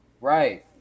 right